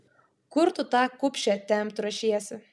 kur tu tą kupšę tempt ruošiesi